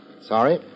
Sorry